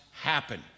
happen